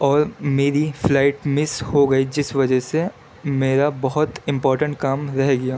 اور میری flight miss ہو گئی جس وجہ سے میرا بہت امپورٹنٹ کام رہ گیا